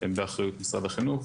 הם באחריות משרד החינוך.